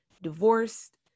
divorced